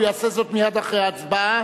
הוא יעשה זאת מייד אחרי ההצבעה,